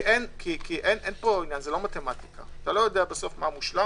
כי אתה לא יודע מה מושלם.